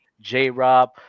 J-Rob